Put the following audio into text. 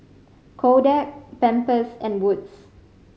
Kodak Pampers and Wood's